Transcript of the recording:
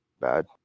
bad